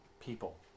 people